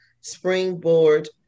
springboard